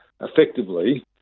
effectively